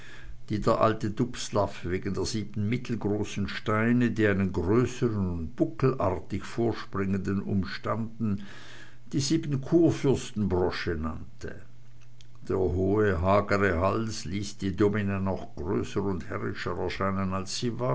die der alte dubslav wegen der sieben mittelgroßen steine die einen größeren und buckelartig vorspringenden umstanden die sieben kurfürsten brosche nannte der hohe hagere hals ließ die domina noch größer und herrischer erscheinen als sie